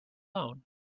alone